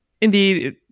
Indeed